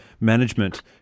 management